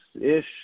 ish